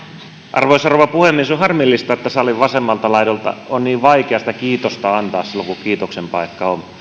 arvoisa rouva puhemies on harmillista että salin vasemmalta laidalta on niin vaikea sitä kiitosta antaa silloin kun kiitoksen paikka on